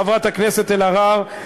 חברת הכנסת אלהרר,